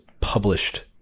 published